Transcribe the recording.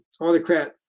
autocrat